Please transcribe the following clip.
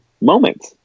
moment